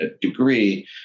degree